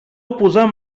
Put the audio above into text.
oposar